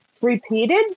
repeated